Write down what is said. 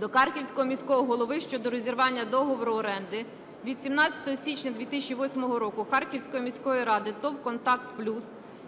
до Харківського міського голови щодо розірвання договору оренди від 17 січня 2008 року Харківської міської ради з ТОВ "КОНТАКТ ПЛЮС",